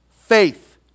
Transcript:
Faith